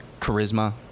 Charisma